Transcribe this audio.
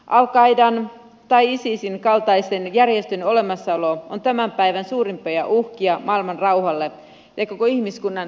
al qaidan tai isisin kaltaisten järjestöjen olemassaolo on tämän päivän suurimpia uhkia maailmanrauhalle ja koko ihmiskunnan turvallisuudelle